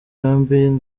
n’imbwa